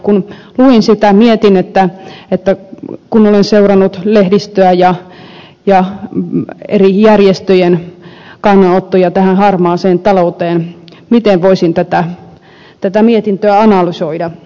kun luin sitä mietin että kun olen seurannut lehdistöä ja eri järjestöjen kannanottoja tähän harmaaseen talouteen miten voisin tätä mietintöä analysoida